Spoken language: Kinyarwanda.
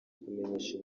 kumenyesha